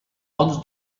ponts